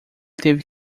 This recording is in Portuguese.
teve